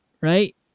right